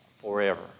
forever